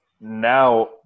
now